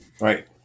Right